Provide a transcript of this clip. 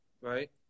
right